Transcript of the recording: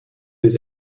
his